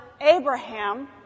Abraham